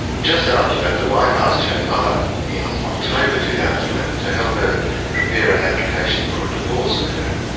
just after that, the wife asked her mother in october two thousand and eleven to help her prepare an application for a divorce for her.